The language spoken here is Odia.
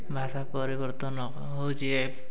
ଭାଷା ପରିବର୍ତ୍ତନ ହେଉଛି